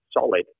solid